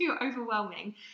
overwhelming